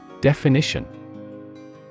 Definition